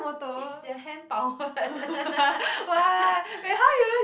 is your hand powered